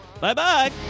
Bye-bye